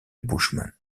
bushman